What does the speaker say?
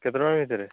କେତେ ଟଙ୍କା ଭିତରେ